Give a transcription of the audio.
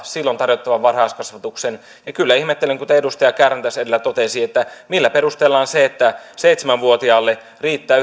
silloin tarjottavan varhaiskasvatuksen on oltava laadukasta kyllä ihmettelen kuten edustaja kärnä tässä edellä totesi millä perustellaan se että seitsemän vuotiaalle riittää